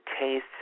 taste